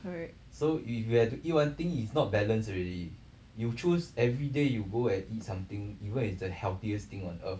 correct